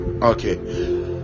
okay